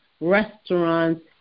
restaurants